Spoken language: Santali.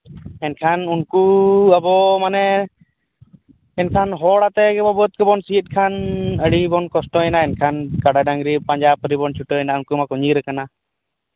ᱮᱱᱠᱷᱟᱱ ᱩᱱᱠᱩ ᱟᱵᱚ ᱢᱟᱱᱮ ᱮᱱᱠᱷᱟᱱ ᱦᱚᱲ ᱟᱛᱮᱫ ᱜᱮ ᱵᱟᱹᱫᱽ ᱠᱚᱵᱚᱱ ᱥᱤᱭᱮᱫ ᱠᱷᱟᱱ ᱟᱹᱰᱤ ᱵᱚᱱ ᱠᱚᱥᱴᱚᱭᱮᱱᱟ ᱮᱱᱠᱷᱟᱱ ᱠᱟᱰᱟ ᱰᱟᱹᱝᱨᱤ ᱯᱟᱸᱡᱟ ᱯᱟᱹᱨᱤ ᱵᱚᱱ ᱪᱷᱩᱴᱟᱹᱣᱮᱱᱟ ᱟᱨ ᱩᱱᱠᱩ ᱢᱟᱠᱚ ᱧᱤᱨ ᱠᱟᱱᱟ